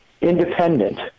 independent